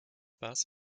bass